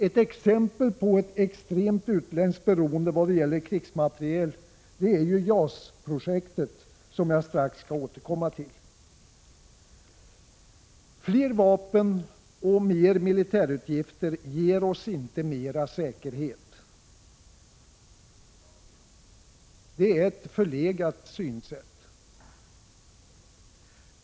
Ett exempel på ett extremt utländskt beroende vad gäller krigsmateriel är JAS-projektet, som jag strax skall återkomma till. Fler vapen och mer militärutgifter ger oss inte mer säkerhet — det synsättet är förlegat.